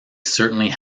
certainly